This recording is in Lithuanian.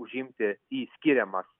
užimti į skiriamas